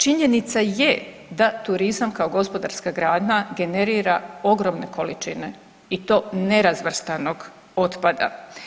Činjenica je da turizam kao gospodarska građana generira ogromne količine i to nerazvrstanog otpada.